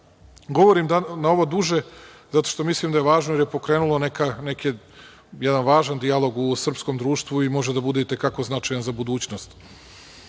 Govorim na ovo duže, zato što mislim da je važno, jer je pokrenulo jedan važan dijalog u srpskom društvu i može da bude i te kako značajan za budućnost. Što